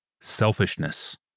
Selfishness